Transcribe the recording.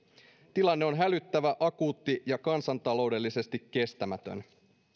tilanne on hälyttävä akuutti ja kansantaloudellisesti kestämätön